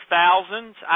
thousands